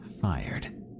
fired